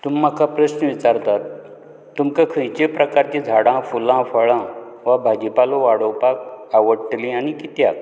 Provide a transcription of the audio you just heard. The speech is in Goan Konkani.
तुमी म्हाका प्रस्न विचारतात तुमकां खंयचे प्रकारचीं झाडां फलां फुळां वा भाजीपालो वाडोवपाक आवडटलीं आनी कित्याक